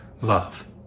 love